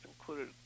included